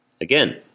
Again